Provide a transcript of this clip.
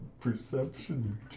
perception